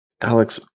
Alex